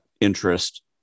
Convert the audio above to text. interest